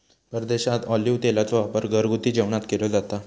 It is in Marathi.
परदेशात ऑलिव्ह तेलाचो वापर घरगुती जेवणात केलो जाता